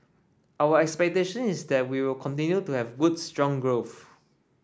our expectation is that we will continue to have good strong growth